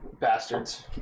bastards